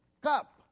cup